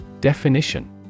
Definition